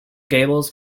gables